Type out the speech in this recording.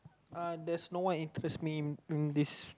uh there's no one interest me in this